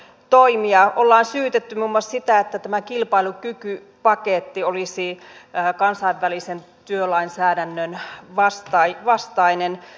on syytetty muun muassa siitä että tämä kilpailukykypaketti olisi kansainvälisen työlainsäädännön vastainen